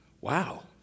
Wow